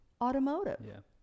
Automotive